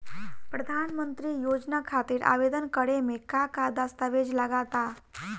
प्रधानमंत्री योजना खातिर आवेदन करे मे का का दस्तावेजऽ लगा ता?